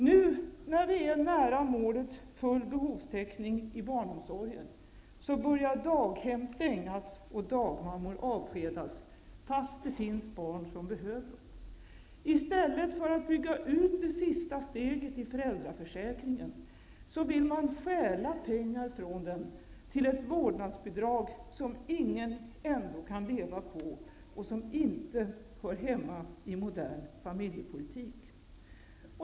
Nu när vi är nära målet -- full behovstäckning i barnomsorgen -- börjar daghem stängas och dagmammor avskedas, trots att det finns barn som behöver dem. I stället för att bygga ut det sista steget i föräldraförsäkringen vill man stjäla pengar från den till ett vårdnadsbidrag som ingen ändå kan leva på och som inte hör hemma i modern familjepolitik.